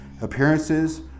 appearances